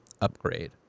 upgrade